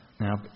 Now